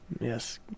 Yes